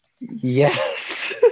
Yes